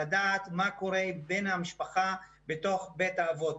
לדעת מה קורה עם בן המשפחה בתוך בית האבות.